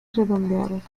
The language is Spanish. redondeados